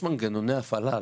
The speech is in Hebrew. אז יש מנגנוני הפעלה,